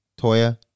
Toya